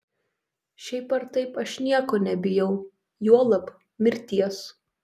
šiaip ar taip aš nieko nebijau juolab mirties